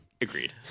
Agreed